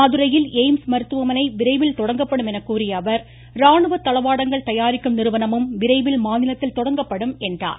மதுரையில் எய்ம்ஸ் மருத்துவமனை விரைவில் தொடங்கப்படும் என கூறிய அவர் ராணுவ தளவாடங்கள் தயாரிக்கும் நிறுவனமும் விரைவில் மாநிலத்தில் தொடங்கப்படும் என்றார்